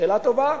שאלה טובה.